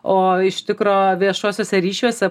o iš tikro viešuosiuose ryšiuose